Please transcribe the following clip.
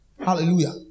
Hallelujah